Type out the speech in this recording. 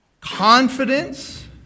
Confidence